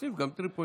תוסיף גם טריפולי.